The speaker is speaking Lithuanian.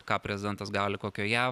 ką prezidentas gali kokioj jav